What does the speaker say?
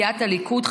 מסיעת הליכוד,